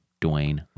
Dwayne